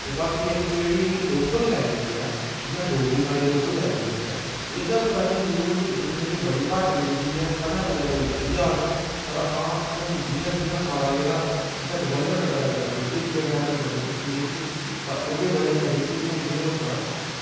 ते बाकी अपनी जेह्ड़ी इक्क लोकल लैंगवेज़ ऐ जियां डोगरी साढ़ी इक्क लोकल लैंगवेज़ ऐ ओह्दे उप्पर असेंगी न्यूज़ दिक्खनै गी बड़ी घट्ट मिलदी ऐ करदे कोई लब्भी जाह्ग पर आं हून जियां जियां जेह्ड़े साढ़े उत्थें डेवेल्पमेंट बल्लें बल्लें पुज्जा दी ऐ साढ़े जम्मू कशमीर च ते ओह्दी बजह कन्नै जेह्के हून केह् होआ दा